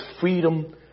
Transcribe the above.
freedom